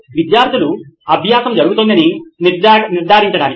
విద్యార్థుల అభ్యాసం జరుగుతోందని నిర్ధారించడానికి